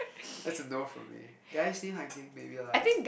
that's a no from me guy's name I think maybe like